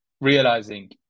realizing